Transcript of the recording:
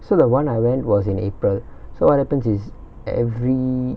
so the [one] I went was in april so what happens is every